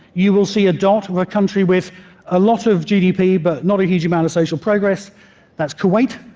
you will see a dot of a country with a lot of gdp but not a huge amount of social progress that's kuwait.